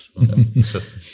Interesting